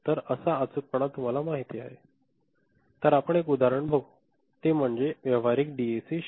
तर आहे अचूकपणा जे तुम्हाला माहित आहे तर आपण एक उदाहरण बघू ते म्हणजे एक व्यावहारिक डीएसी 0808